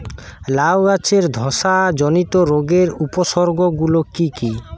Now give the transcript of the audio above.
লাউ গাছের ধসা জনিত রোগের উপসর্গ গুলো কি কি?